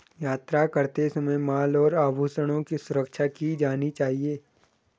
यात्रा करते समय माल और आभूषणों की सुरक्षा की जानी चाहिए